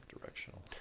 directional